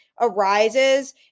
arises